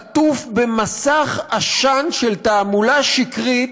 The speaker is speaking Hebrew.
עטוף במסך עשן של תעמולה שקרית,